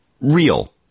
real